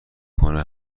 کنه